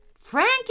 Frankie